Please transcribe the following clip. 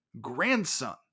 Grandson